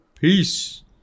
Peace